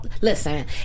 Listen